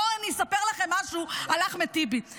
בואו אני אספר לכם משהו על אחמד טיבי.